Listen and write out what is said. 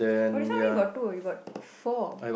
oh this one only got two you got four